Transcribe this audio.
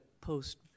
post